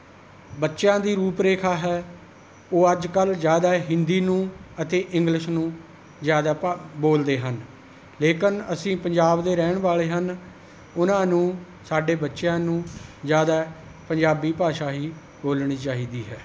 ਬੱਚਿਆਂ ਦੀ ਰੂਪ ਰੇਖਾ ਹੈ ਉਹ ਅੱਜ ਕੱਲ੍ਹ ਜ਼ਿਆਦਾ ਹਿੰਦੀ ਨੂੰ ਅਤੇ ਇੰਗਲਿਸ਼ ਨੂੰ ਜ਼ਿਆਦਾ ਬੋਲਦੇ ਹਨ ਲੇਕਿਨ ਅਸੀਂ ਪੰਜਾਬ ਦੇ ਰਹਿਣ ਵਾਲੇ ਹਨ ਉਹਨਾਂ ਨੂੰ ਸਾਡੇ ਬੱਚਿਆਂ ਨੂੰ ਜ਼ਿਆਦਾ ਪੰਜਾਬੀ ਭਾਸ਼ਾ ਹੀ ਬੋਲਣੀ ਚਾਹੀਦੀ ਹੈ